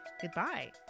goodbye